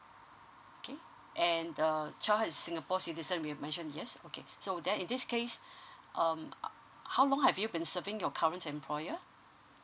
okay and the child is singapore citizen we mentioned yes okay so then in this case um how long have you been serving your current employer